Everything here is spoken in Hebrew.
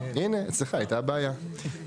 מה שהצעת הוא בהחלט דבר חשוב .